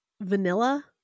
vanilla